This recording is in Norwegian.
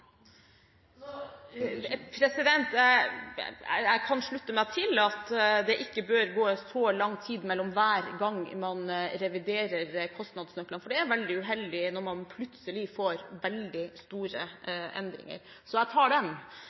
Jeg kan slutte meg til at det ikke bør gå så lang tid mellom hver gang man reviderer kostnadsnøklene, for det er veldig uheldig når man plutselig får veldig store endringer. Så jeg tar den.